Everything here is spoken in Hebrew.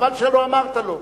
חבל שלא אמרת לו.